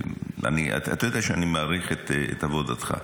אתה יודע שאני מעריך את עבודתך.